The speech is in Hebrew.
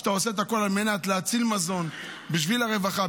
אתה עושה הכול על מנת להציל מזון בשביל הרווחה,